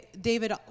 David